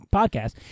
podcast